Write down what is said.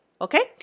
okay